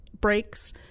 breaks